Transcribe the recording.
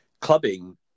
clubbing